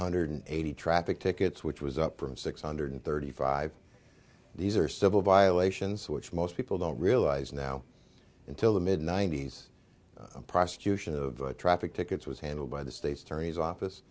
hundred eighty traffic tickets which was up from six hundred thirty five these are civil violations which most people don't realize now until the mid ninety's prosecution of traffic tickets was handled by the state's attorney's office